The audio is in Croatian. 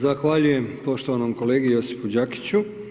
Zahvaljujem poštovanom kolegi Josipu Đakiću.